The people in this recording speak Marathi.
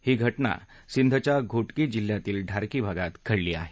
ही घटना सिंधच्या घोटकी जिल्ह्यातील ढार्की भागात घडली आहे